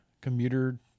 commuter